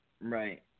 Right